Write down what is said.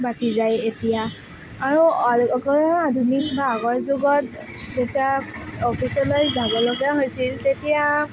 বাছি যায় এতিয়া আৰু অকল আধুনিক বা আগৰ যুগত যেতিয়া অফিচলৈ যাবলগীয়া হৈছিল তেতিয়া